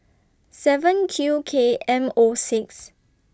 seven Q K M O six